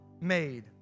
made